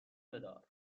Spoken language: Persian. بدار